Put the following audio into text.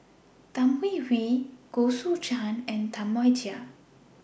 Tan Hwee Hwee Goh Choo San and Tam Wai Jia